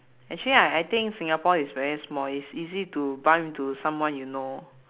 actually I I think singapore is very small is easy to bump into someone you know